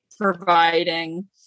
Providing